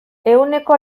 ehuneko